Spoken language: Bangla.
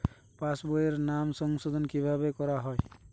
পাশ বইয়ে নাম সংশোধন কিভাবে করা হয়?